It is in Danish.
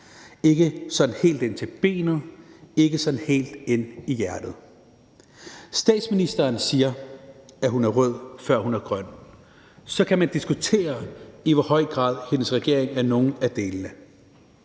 ikke sådan helt ind til benet, ikke sådan helt ind i hjertet. Statsministeren siger, at hun er rød, før hun er grøn. Så kan man diskutere, i hvor høj grad hendes regering er nogen af delene.